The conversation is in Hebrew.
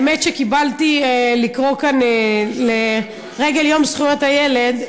האמת שקיבלתי לקרוא כאן לרגל יום זכויות הילד,